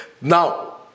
Now